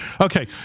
okay